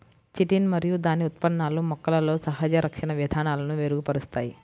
chitin మరియు దాని ఉత్పన్నాలు మొక్కలలో సహజ రక్షణ విధానాలను మెరుగుపరుస్తాయి